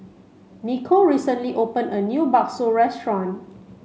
Nicole recently open a new Bakso restaurant